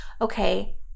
okay